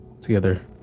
together